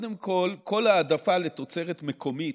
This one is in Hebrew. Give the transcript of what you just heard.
קודם כול, כל העדפה לתוצרת מקומית,